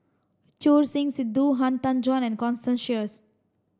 Choor Singh Sidhu Han Tan Juan and Constance Sheares